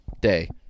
Day